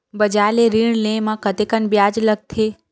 बजार ले ऋण ले म कतेकन ब्याज लगथे?